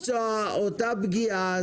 אותה פגיעה,